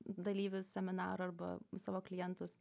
dalyvis seminarą arba savo klientus